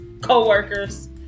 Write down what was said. co-workers